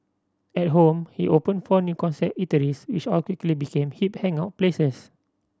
at home he opened four new concept eateries which all quickly became hip hangout places